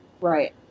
Right